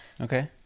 Okay